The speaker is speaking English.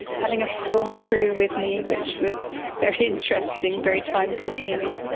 having a film crew with me, which was very interesting, very time-consuming.